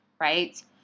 right